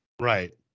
Right